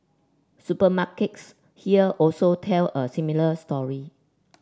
supermarkets here also tell a similar story